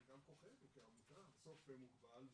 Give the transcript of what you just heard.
אבל גם כוחנו כעמותה בסוף מוגבל,